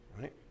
Right